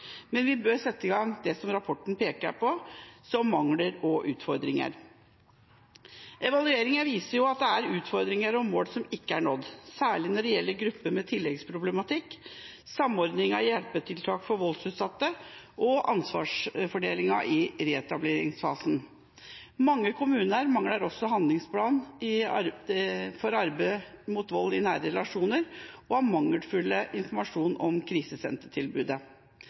men evalueringa viser også at det er en vei å gå før vi er i mål og har et tilbud som fungerer slik vi vil. Arbeiderpartiet mener derfor at vi ikke bør vente med å sette i gang tiltak. Vi bør sette i gang det som rapporten peker på som mangler og utfordringer. Evalueringa viser at det er utfordringer og mål som ikke er nådd, særlig når det gjelder grupper med tilleggsproblematikk, samordning av